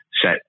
set